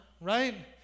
right